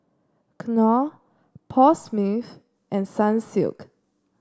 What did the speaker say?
Knorr Paul Smith and Sunsilk